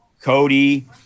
Cody